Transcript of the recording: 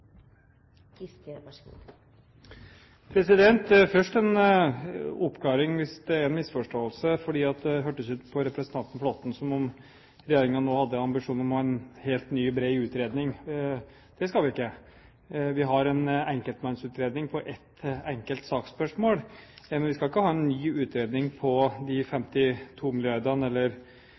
en misforståelse, for det hørtes ut på representanten Flåtten som om regjeringen nå hadde en ambisjon om en helt ny, bred utredning. Det har vi ikke. Vi har en enkeltmannsutredning på ett enkelt saksspørsmål. Vi skal ikke ha en ny utredning på de 52 milliardene eller